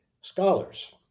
scholars